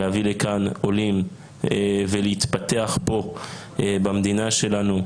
נביא לכאן עולים ולהתפתח פה במדינה שלנו,